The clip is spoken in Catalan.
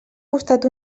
costat